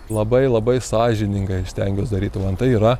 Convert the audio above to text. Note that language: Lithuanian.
labai labai sąžiningai stengiuos daryti van tai yra